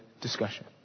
discussion